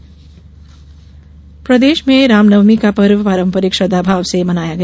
रामनवमी प्रदेश में राम नवमी का पर्व पारंपरिक श्रद्दा भाव से मनाया गया